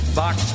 box